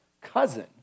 cousin